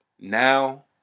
Now